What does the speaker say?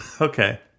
Okay